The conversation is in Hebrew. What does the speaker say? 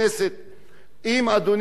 אם אדוני היושב-ראש יעשה